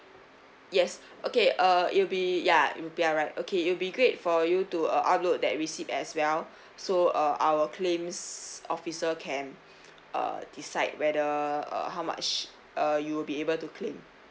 yes okay uh it would be ya it would be alright okay it would be great for you to uh upload that receipt as well so uh our claims officer can uh decide whether uh how much uh you'll be able to claim